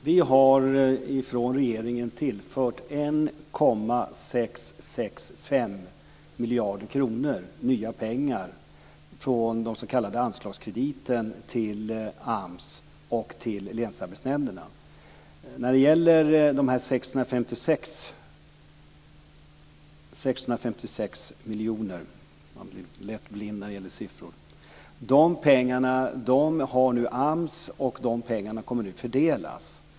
Vi har från regeringen tillfört 1,665 AMS har nu 656 miljoner, och dessa pengar kommer att fördelas.